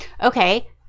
Okay